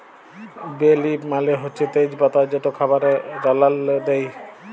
বে লিফ মালে হছে তেজ পাতা যেট খাবারে রাল্লাল্লে দিই